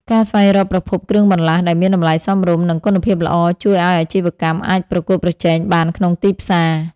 ការស្វែងរកប្រភពគ្រឿងបន្លាស់ដែលមានតម្លៃសមរម្យ និងគុណភាពល្អ ជួយឱ្យអាជីវកម្មអាចប្រកួតប្រជែងបានក្នុងទីផ្សារ។